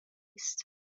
است